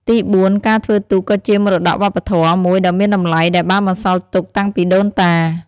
ទីបួន ការធ្វើទូកក៏ជា មរតកវប្បធម៌ មួយដ៏មានតម្លៃដែលបានបន្សល់ទុកតាំងពីដូនតា។